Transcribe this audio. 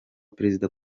perezida